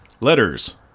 Letters